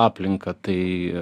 aplinką tai